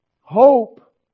Hope